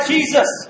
Jesus